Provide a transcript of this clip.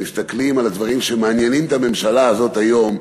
ואם מסתכלים על הדברים שמעניינים את הממשלה הזאת היום,